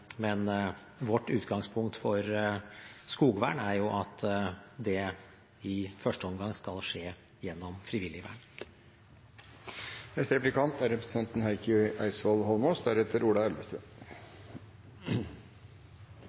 men vårt utgangspunkt for skogvern er jo at det i første omgang skal skje gjennom frivillig vern. Det vi diskuterer i dag, er